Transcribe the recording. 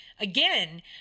again